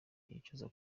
yicuza